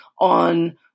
on